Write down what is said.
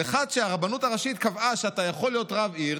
אבל אחד שהרבנות הראשית קבעה שהוא יכול להיות רב עיר,